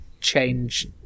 change